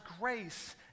grace